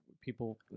people